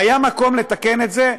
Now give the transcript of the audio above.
והיה מקום לתקן את זה,